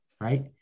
right